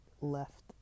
left